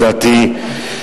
לדעתי,